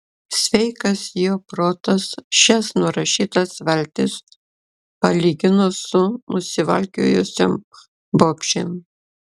sveikas jo protas šias nurašytas valtis palygino su nusivalkiojusiom bobšėm